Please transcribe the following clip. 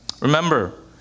Remember